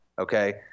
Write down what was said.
Okay